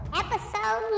episode